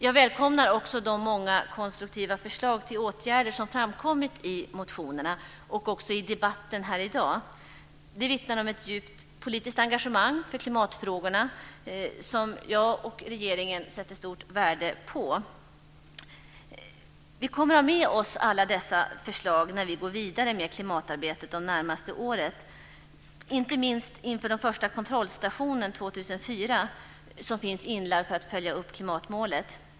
Jag välkomnar också de många konstruktiva förslag till åtgärder som framkommit i motionerna och också i debatten här i dag. Det vittnar om ett djupt politiskt engagemang i klimatfrågorna, som jag och regeringen sätter stort värde på. Vi kommer att ha med oss alla dessa förslag när vi går vidare med klimatarbetet det närmaste året, inte minst inför den första kontrollstationen 2004, som finns inlagd för att följa upp klimatmålet.